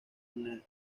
david